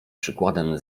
przykładem